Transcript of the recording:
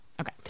Okay